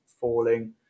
falling